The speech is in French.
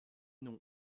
nom